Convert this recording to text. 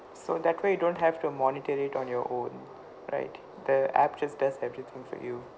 so that way you don't have to monitor it on your own right the app just does everything for you